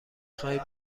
خواهی